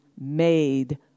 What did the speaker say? made